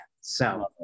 So-